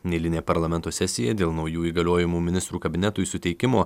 neeilinę parlamento sesiją dėl naujų įgaliojimų ministrų kabinetui suteikimo